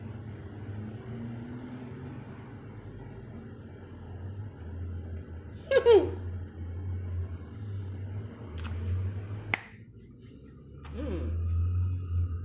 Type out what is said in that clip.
mm